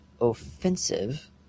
offensive